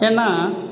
ஏன்னால்